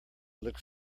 looked